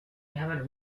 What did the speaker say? haven’t